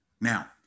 now